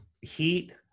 heat